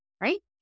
Right